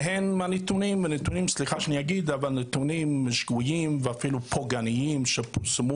ובנתונים השגויים ואפילו פוגעניים שפורסמו